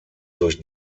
durch